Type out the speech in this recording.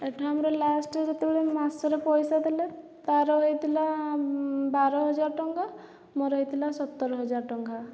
ଏଇଠି ଆମର ଲାଷ୍ଟ ଯେତେବେଳେ ମାସର ପଇସା ଦେଲେ ତାର ହେଇଥିଲା ବାରହଜାର ଟଙ୍କା ମୋର ହେଇଥିଲା ସତରହଜାର ଟଙ୍କା